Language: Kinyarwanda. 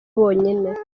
bonyine